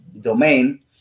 domain